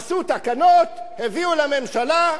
עשו תקנות, הביאו לממשלה,